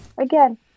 Again